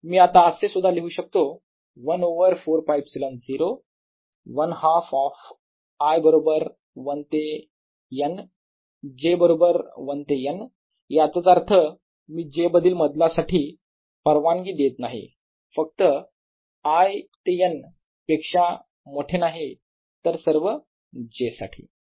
मी आता असे सुद्धा लिहू शकतो 1 ओवर 4ㄫε0 1 हाल्फ ऑफ i बरोबर 1 ते N j बरोबर 1 ते N याचाच अर्थ मी j मधील बदलसाठी परवानगी देत नाही फक्त i ते N पेक्षा मोठे नाही तर सर्व j साठी